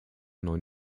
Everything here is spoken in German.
neuen